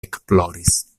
ekploris